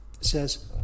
Says